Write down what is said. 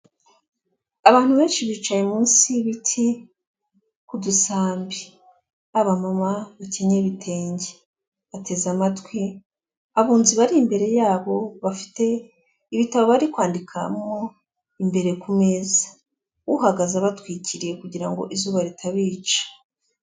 Abantu benshi bicaye munsi y'ibiti ku dusambi, aba mama bakenyeye ibitenge, bateze amatwi abunzi bari imbere yabo bafite ibitabo bari kwandikamo imbere kumeza. Uhagaze abatwikiriye kugirango izuba ritabica.